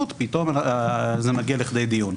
פתאום זה מגיע לכדי דיון.